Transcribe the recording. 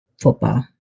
football